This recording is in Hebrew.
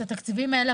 את התקציבים האלה.